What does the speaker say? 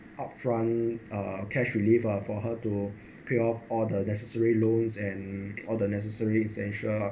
upfront uh cash relief for her to pay off all the necessary loans and all the necessary essential ah